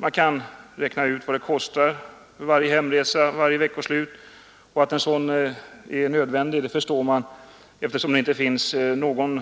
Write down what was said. Man kan då räkna ut vad kostnaden för hemresa varje veckoslut blir, och att en sådan är nödvändig förstår man eftersom det inte finns någon